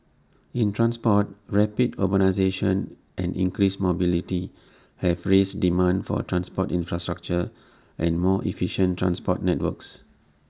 in transport rapid urbanisation and increased mobility have raised demand for transport infrastructure and more efficient transport networks